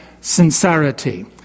sincerity